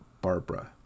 Barbara